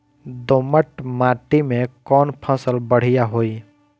दोमट माटी में कौन फसल बढ़ीया होई?